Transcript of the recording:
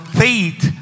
faith